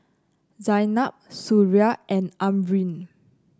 Zaynab Suria and Amrin